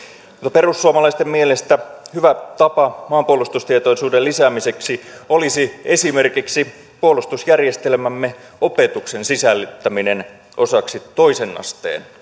perussuomalaisten mielestä hyvä tapa maanpuolustustietoisuuden lisäämiseksi olisi esimerkiksi puolustusjärjestelmämme opetuksen sisällyttäminen osaksi toisen asteen